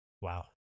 Wow